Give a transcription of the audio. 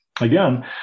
Again